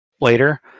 later